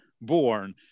born